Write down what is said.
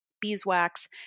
beeswax